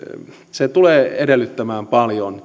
se tulee edellyttämään paljon